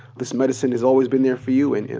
this medicine has always been there for you. and,